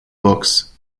books